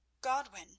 Godwin